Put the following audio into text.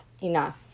enough